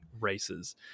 races